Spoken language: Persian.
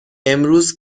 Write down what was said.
امروز